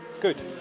Good